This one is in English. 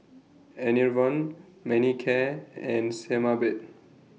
Enervon Manicare and Sebamed